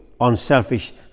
unselfish